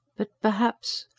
but perhaps.